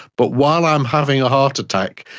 but while i'm having a heart attack,